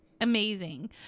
amazing